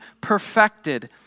perfected